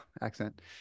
accent